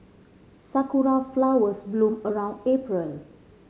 sakura flowers bloom around April